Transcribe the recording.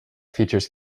features